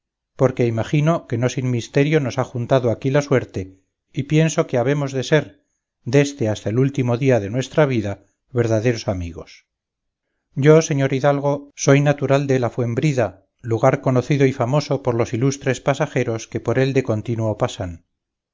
porque imagino que no sin misterio nos ha juntado aquí la suerte y pienso que habemos de ser déste hasta el último día de nuestra vida verdaderos amigos yo señor hidalgo soy natural de la fuenfrida lugar conocido y famoso por los ilustres pasajeros que por él de contino pasan